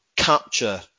capture